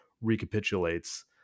recapitulates